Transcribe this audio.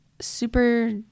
super